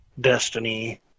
Destiny